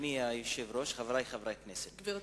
אדוני היושב-ראש, חברי חברי הכנסת, גברתי.